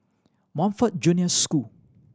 Montfort Junior School